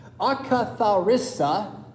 akatharissa